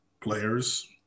players